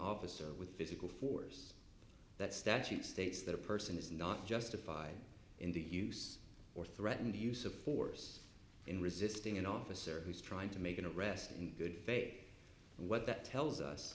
officer with physical force that statute states that a person is not justified in the use or threatened use of force in resisting an officer who's trying to make an arrest in good faith and what that tells us